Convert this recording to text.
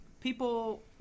people